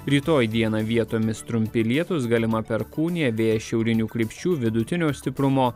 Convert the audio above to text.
rytoj dieną vietomis trumpi lietūs galima perkūnija vėjas šiaurinių krypčių vidutinio stiprumo